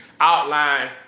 outline